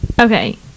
Okay